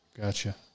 Gotcha